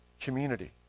community